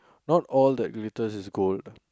not all that glitters is gold